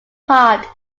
part